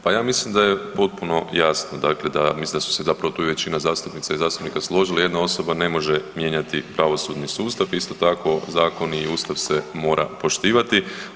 Pa ja mislim da je potpuno jasno, dakle da mislim da su se zapravo većina zastupnica i zastupnika složili, jedna osoba ne može mijenjati pravosudni sustav, isto tako zakon i Ustav se mora poštivati.